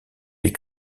des